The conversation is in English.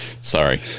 Sorry